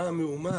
המהומה,